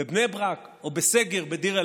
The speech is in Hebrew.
בבני ברק, או בסגר בדיר אל-אסד,